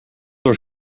door